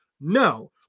No